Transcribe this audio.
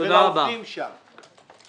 ולעובדים שם.